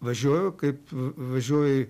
važiuoju kaip važiuoji